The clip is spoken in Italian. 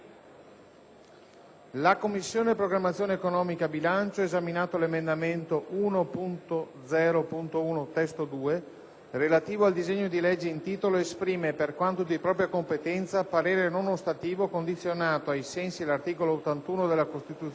La Commissione programmazione economica, bilancio, esaminato l'emendamento 1.0.1 (testo 2), relativo al disegno di legge in titolo, esprime, per quanto di propria competenza, parere non ostativo condizionato, ai sensi dell'articolo 81 della Costituzione,